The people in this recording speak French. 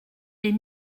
des